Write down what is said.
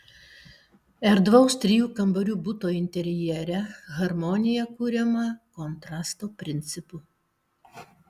erdvaus trijų kambarių buto interjere harmonija kuriama kontrasto principu